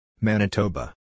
Manitoba